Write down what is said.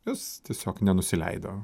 jos tiesiog nenusileido